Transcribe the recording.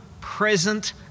present